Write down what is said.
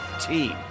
team